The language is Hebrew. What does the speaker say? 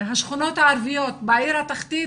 והשכונות הערביות בעיר התחתית,